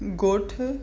गोठु